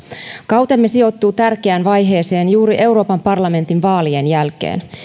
kautemme sijoittuu tärkeään vaiheeseen juuri euroopan parlamentin vaalien jälkeen